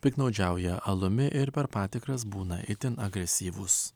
piktnaudžiauja alumi ir per patikras būna itin agresyvūs